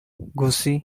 gussie